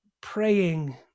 praying